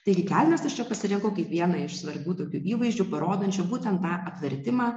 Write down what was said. taigi kelnes aš pasirinkau kaip vieną iš svarbių daugiau įvaizdžių parodančių būtent tą atvertimą